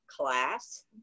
class